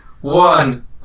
one